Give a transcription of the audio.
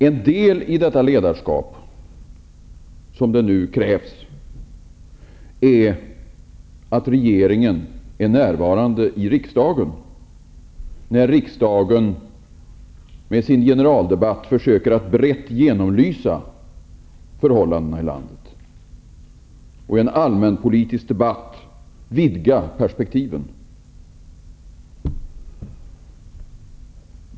En del i detta ledarskap som nu krävs är att regeringen är närvarande i riksdagen när riksdagen med sin allmänpolitiska debatt försöker att brett genomlysa förhållandena i landet och att vidga perspektiven.